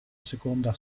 seconda